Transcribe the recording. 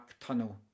tunnel